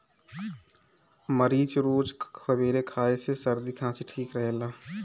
मरीच रोज सबेरे खाए से सरदी खासी ठीक रहेला